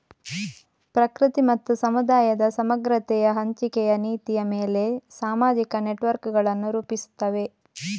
ಪ್ರಕೃತಿ ಮತ್ತು ಸಮುದಾಯದ ಸಮಗ್ರತೆಯ ಹಂಚಿಕೆಯ ನೀತಿಯ ಮೇಲೆ ಸಾಮಾಜಿಕ ನೆಟ್ವರ್ಕುಗಳನ್ನು ರೂಪಿಸುತ್ತವೆ